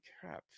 crap